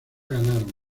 ganaron